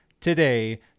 today